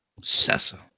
Sessa